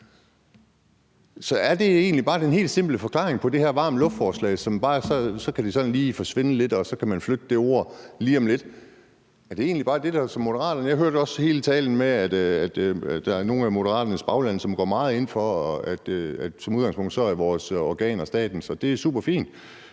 Så er det egentlig bare den helt simple forklaring på det her varm luft-forslag, altså at man lige kan få det sådan til at forsvinde lidt, og så kan man flytte det ord lige om lidt? Er det egentlig bare det, der så er Moderaternes holdning? Jeg hørte også tale om, at der er nogle i Moderaternes bagland, som går meget ind for, at vores organer som udgangspunkt er statens, og at det er superfint.